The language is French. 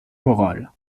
morale